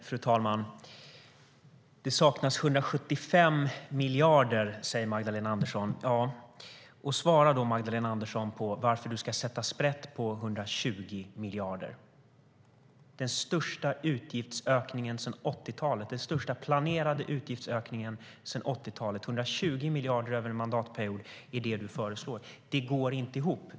Fru talman! Det saknas 175 miljarder, säger Magdalena Andersson. Svara då, Magdalena Andersson, på varför du ska sätta sprätt på 120 miljarder! Det är den största planerade utgiftsökningen sedan 80-talet. Magdalena Andersson föreslår 120 miljarder över en mandatperiod. Det går inte ihop.